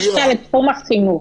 אם אני משווה לתחום החינוך,